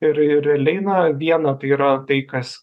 ir ir realiai na viena tai yra tai kas